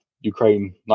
Ukraine